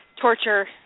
Torture